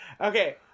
okay